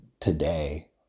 today